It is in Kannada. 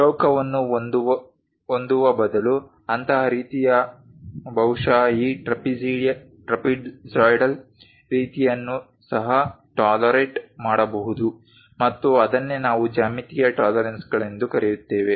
ಚೌಕವನ್ನು ಹೊಂದುವ ಬದಲು ಅಂತಹ ರೀತಿಯ ಬಹುಶಃ ಈ ಟ್ರೆಪೆಜಾಯಿಡಲ್ ರೀತಿಯನ್ನೂ ಸಹ ಟಾಲರೇಟ್ ಮಾಡಬಹುದು ಮತ್ತು ಅದನ್ನೇ ನಾವು ಜ್ಯಾಮಿತೀಯ ಟಾಲರೆನ್ಸ್ಗಳೆಂದು ಕರೆಯುತ್ತೇವೆ